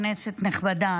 כנסת נכבדה,